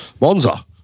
Monza